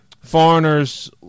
foreigner's